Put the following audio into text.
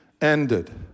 ended